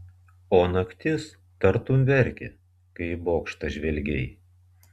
o naktis tartum verkė kai į bokštą žvelgei